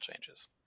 changes